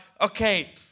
okay